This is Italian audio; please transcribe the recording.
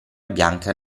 bianca